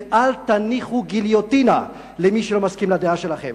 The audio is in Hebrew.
ואל תניחו גיליוטינה למי שלא מסכים לדעה שלכם.